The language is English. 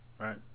right